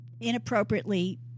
inappropriately